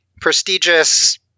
prestigious